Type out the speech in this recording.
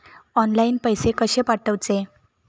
Online पैसे कशे पाठवचे?